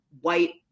white